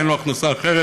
אין לו הכנסה אחרת,